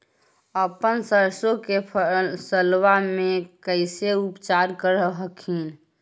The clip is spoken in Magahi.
अपन सरसो के फसल्बा मे कैसे उपचार कर हखिन?